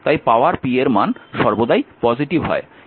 তাই power p এর মান সর্বদাই পজিটিভ হয়